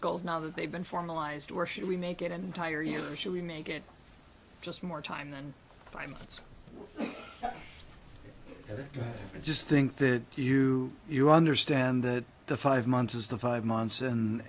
goals now that they've been formalized or should we make it an entire year or should we make it just more time than five months i just think that you you understand that the five months is the five months and